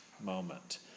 moment